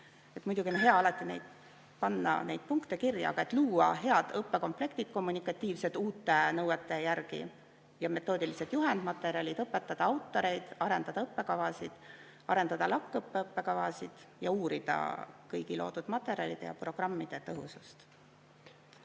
Muidugi on hea alati panna neid punkte kirja, aga tuleb ka luua head õppekomplektid – kommunikatiivsed, uute nõuete järgi – ja metoodilised juhendmaterjalid, õpetada autoreid, arendada õppekavasid, arendada LAK-õppe õppekavasid ja uurida kõigi loodud materjalide ja programmide tõhusust.